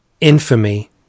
infamy